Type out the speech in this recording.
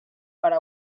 para